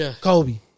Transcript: Kobe